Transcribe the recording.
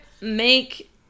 make